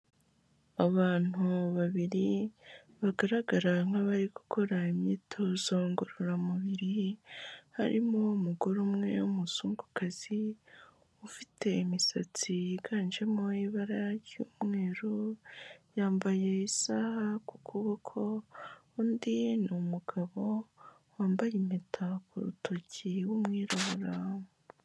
Abantu babiri, bagaragara nk'abari gukora imyitozo ngororamubiri, harimo umugore umwe w'umuzungukazi, ufite imisatsi yiganjemo ibara ry'umweru, yambaye isaha ku kuboko, undi ni umugabo wambaye impeta ku rutoki w'umwirabura.